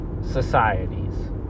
societies